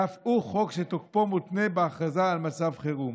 שאף הוא חוק שתוקפו מותנה בהכרזה על מצב חירום.